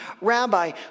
Rabbi